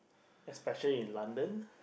especially in London